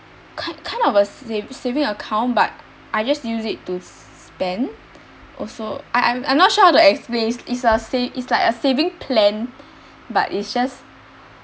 kind kind of a sa~ saving account but I just use it to spend also I I I'm not sure how to explain it's a sa~ it's like a saving plan but it just